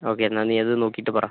okay എന്നാൽ നീ അത് നോക്കിയിട്ട് പറ